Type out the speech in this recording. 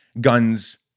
guns